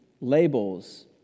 labels